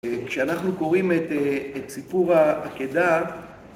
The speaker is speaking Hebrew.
כשאנחנו קוראים את את סיפור העקדה